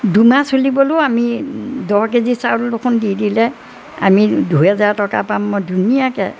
দুমাহ চলিবলৈও আমি দহ কে জি চাউল দেখোন দি দিলে আমি দুহেজাৰ টকা পাম মই ধুনীয়াকৈ